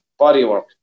bodywork